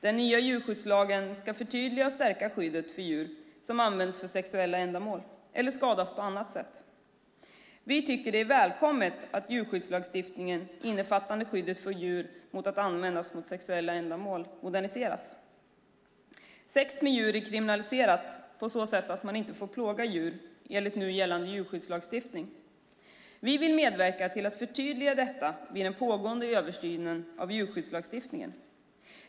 Den nya djurskyddslagen ska förtydliga och stärka skyddet för djur som används för sexuella ändamål eller skadas på annat sätt. Vi tycker att det är välkommet att djurskyddslagstiftningen, innefattande skyddet för djur mot att användas för sexuella ändamål, moderniseras. Sex med djur är kriminaliserat på så sätt att man inte får plåga djur enligt nu gällande djurskyddslagstiftning. Vi vill medverka till att förtydliga detta vid den pågående översynen av djurskyddslagstiftningen.